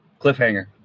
cliffhanger